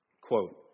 Quote